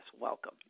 Welcome